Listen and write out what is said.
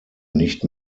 nicht